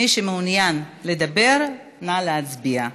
מי שמעוניין לדבר, נא להצביע.